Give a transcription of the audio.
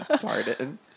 pardon